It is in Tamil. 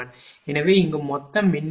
எனவே இங்கு மொத்த மின் இழப்பு 60